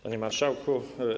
Panie Marszałku!